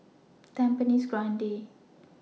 Tampines Grande